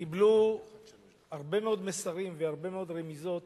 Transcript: קיבלו הרבה מאוד מסרים והרבה מאוד רמיזות